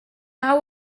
hau